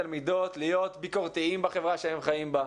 תלמידות להיות ביקורתיים בחברה שהם חיים בה,